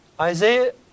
Isaiah